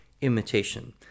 imitation